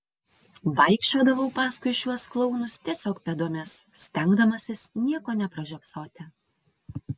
vaikščiodavau paskui šiuos klounus tiesiog pėdomis stengdamasis nieko nepražiopsoti